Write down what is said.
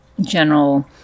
general